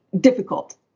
difficult